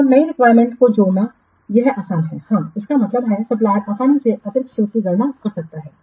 तो नई रिक्वायरमेंट्स को जोड़ना यह आसान है हाँ इसका मतलब है सप्लायरआसानी से अतिरिक्त शुल्क की गणना कर सकता है